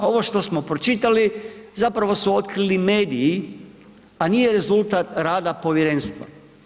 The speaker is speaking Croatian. Ovo što smo pročitali zapravo su otkrili mediji a rezultat rada povjerenstva.